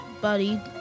buddy